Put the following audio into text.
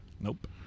Nope